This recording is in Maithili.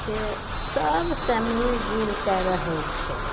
से सबसे मिलिजुलिके रहै छै